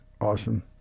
awesome